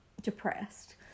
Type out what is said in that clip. depressed